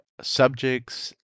subjects